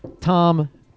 Tom